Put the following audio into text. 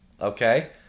Okay